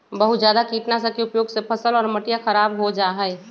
बहुत जादा कीटनाशक के उपयोग से फसल और मटिया खराब हो जाहई